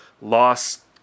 lost